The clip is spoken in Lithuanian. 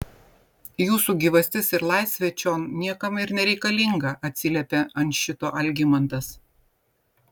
jūsų gyvastis ir laisvė čion niekam ir nereikalinga atsiliepė ant šito algimantas